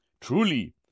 Truly